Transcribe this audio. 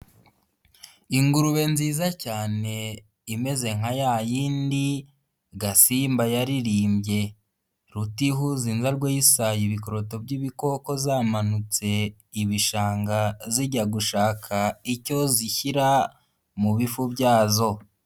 Ingurube nziza cyane imeze nka ya yindi Gasimba yaririmbye, rutihunza inzarwe y'isayi ibikoto by'ibikoko zamanutse ibishanga, zijya gushaka icyo zishyira mu bifu byazo.